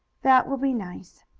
that will be nice,